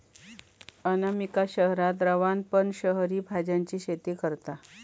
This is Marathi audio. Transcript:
अनामिका शहरात रवान पण शहरी भाज्यांची शेती करता